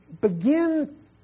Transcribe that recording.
begin